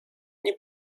nie